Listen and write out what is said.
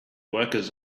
workers